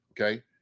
okay